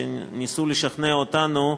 שניסו לשכנע אותנו למה,